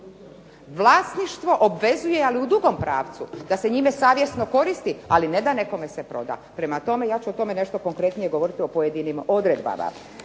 Vlasništvo obvezuje ali u drugom pravcu, da se njime savjesno koristi, ali ne da se nekome proda. Prema tome, ja ću o tome nešto konkretnije govoriti u pojedinim odredbama.